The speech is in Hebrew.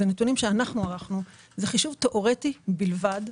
אלה נתונים שאנחנו ערכנו וזה חישוב תיאורטי בלבד.